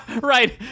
right